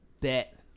Bet